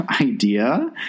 idea